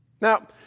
Now